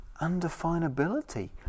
undefinability